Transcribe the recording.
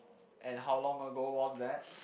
and how long ago was that